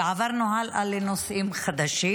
ועברנו הלאה לנושאים חדשים,